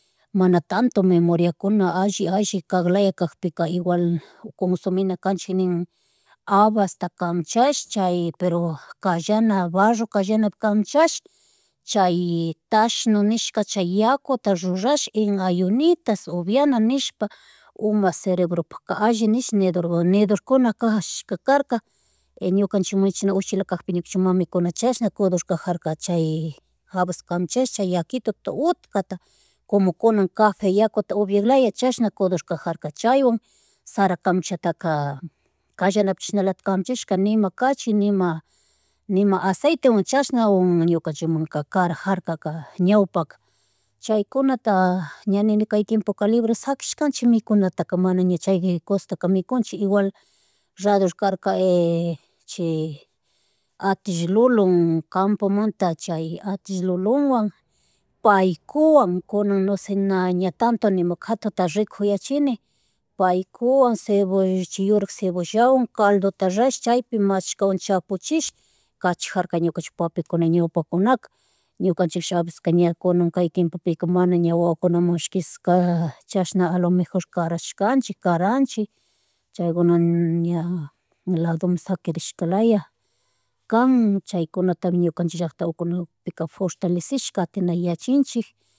Mana tantomi memoriakuna alli, alli kaglaya kacpika igual, cosumina kanchik habas ta kamchash chay pero kallana barro, kallanapi canchashpa kanchash chay tashno neshka chay yakuta rurash en ayunitas upina nenshpa uma cerebro puka alli nish nedork nedorlkuna kash karka ñukanchik uchilakacpika ñukanchik mamikuna chash kudur kajaka chay habas kamchash, chay yakituta utkata como kuna café yakuta ubiacklaya chashna kurdurkajarka chaywan sara kamchataka, kallanapi chashnalatik kamchashka nima kachim nima aceitewan chasnawan ñukanchikmanka karajarkaka ñawpaka chaykunata ña nini kay tiempoka libre shakishkanchik mikunataka mana ña chay cositaka mikunchik igual rador karka chi atill lulun capomanta chay atill lulunwan paikuwan kunan nose ña tanto nima katuta rikuyachini, paikuwan ceboll, chay yurak cebollawan caldota ruash chaypimi mashkawan chapuchish kachakjarka ñukanchik papikuna, ñawpakuna ñukanchik a veces ña kunan kay tiempopika mana ña wawakunamash kishas chashna a lo mejor karashkanchik, karanchik chaykuna ña ladomon saquirishka laya kan. Chaykunatami ñukanchik llackta ukukunapika fortalesishka katina yachinchik